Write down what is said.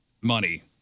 money